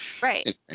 Right